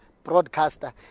broadcaster